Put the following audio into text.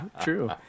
true